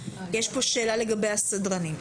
יש פה שאלה לגבי הסדרנים.